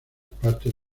partes